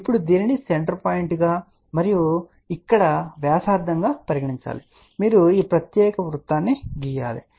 ఇప్పుడు దీనిని సెంటర్ పాయింట్గా మరియు ఇక్కడ వ్యాసార్థం గా పరిగణించండి మీరు ఈ ప్రత్యేక వృత్తాన్ని గీయండి సరే